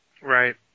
Right